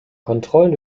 kontrollen